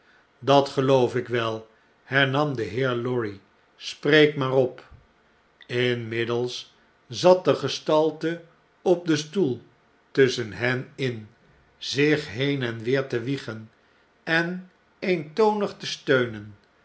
dat geloof ik wel hernam de heer lorry spreek maar op inmiddels zat de gestalte op den stoel tusschen hen in zich heen en weer te wiegen en eentonig te steunen